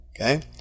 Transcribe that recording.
Okay